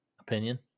opinion